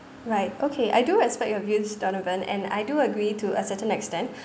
right okay I do respect your views donovan and I do agree to a certain extent